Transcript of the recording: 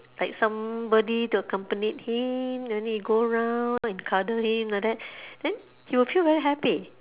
like somebody to accompanied him then he go round and cuddle him like that then he will feel very happy